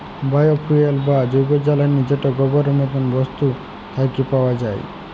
bio fuel বা জৈব জ্বালালী যেট গোবরের মত বস্তু থ্যাকে পাউয়া যায়